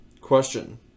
Question